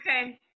Okay